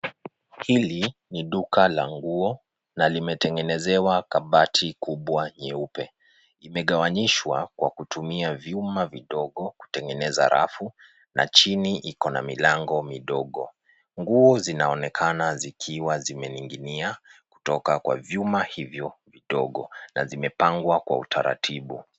Hili ni duka la nguo na limetengenezewa kabati kubwa nyeupe. Imegawanyishwa kwa kutumia vyuma vidogo kutengeneza rafu na chini iko na milango midogo. Nguo zinaonekana zikiwa zimening'inia kutoka kwa vyuma hivyo vidogo na zimepangwa kwa utaratibu.